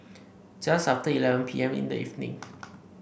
just after eleven P M in the evening